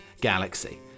galaxy